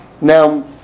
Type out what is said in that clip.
Now